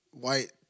white